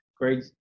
great